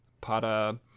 para